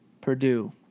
Purdue